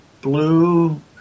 blue